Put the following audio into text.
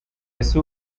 ese